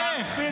איך?